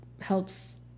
helps